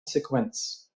sequenz